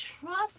trust